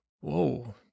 whoa